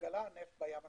התגלה נפט בים הצפוני,